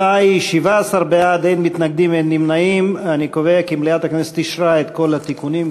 הצעת ועדת הכנסת לתיקון סעיפים 6,